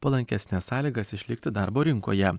palankesnes sąlygas išlikti darbo rinkoje